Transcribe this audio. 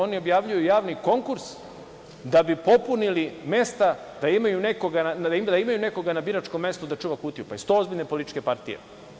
Oni objavljuju javni konkurs da bi popunili mesta da imaju nekoga na biračkom mestu da čuva kutiju, pa zar su to ozbiljne političke partije?